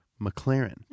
McLaren